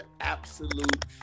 absolute